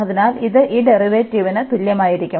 അതിനാൽ ഇത് ഈ ഡെറിവേറ്റീവിന് തുല്യമായിരിക്കും